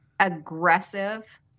aggressive